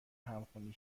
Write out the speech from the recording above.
همخوانی